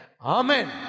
Amen